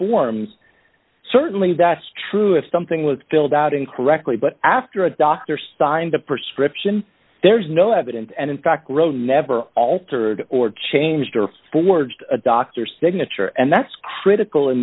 forms certainly that's true if something was filled out incorrectly but after a doctor signed the prescription there is no evidence and in fact really never altered or changed or forged a doctor's signature and that's critical in